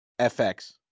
FX